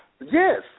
Yes